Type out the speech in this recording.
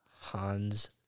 Hans